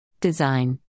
Design